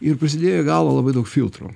ir prisidėjo į galvą labai daug filtrų